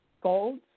gold